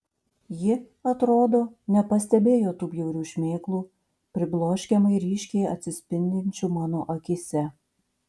ji atrodo nepastebėjo tų bjaurių šmėklų pribloškiamai ryškiai atsispindinčių mano akyse